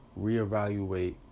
reevaluate